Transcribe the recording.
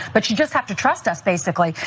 but you just have to trust us, basically.